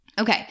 Okay